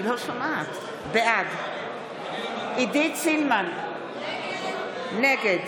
בעד עידית סילמן, נגד